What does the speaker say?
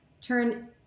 turn